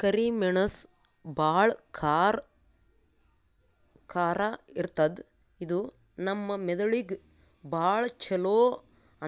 ಕರಿ ಮೆಣಸ್ ಭಾಳ್ ಖಾರ ಇರ್ತದ್ ಇದು ನಮ್ ಮೆದಳಿಗ್ ಭಾಳ್ ಛಲೋ